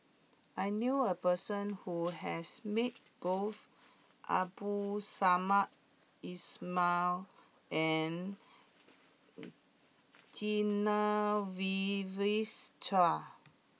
I knew a person who has met both Abdul Samad Ismail and Genevieve Chua